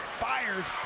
fires,